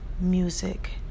music